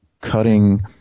cutting